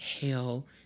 hell